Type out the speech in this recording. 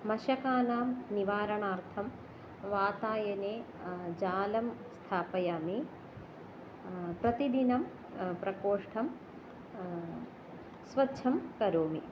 मशकानां निवारणार्थं वातायने जालं स्थापयामि प्रतिदिनं प्रकोष्ठं स्वच्छं करोमि